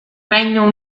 regno